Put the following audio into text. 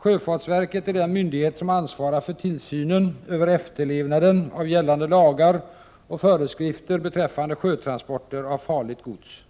Sjöfartsverket är den myndighet som ansvarar för tillsynen över efterlevnaden av gällande lagar och föreskrifter beträffande sjötransporter av farligt gods.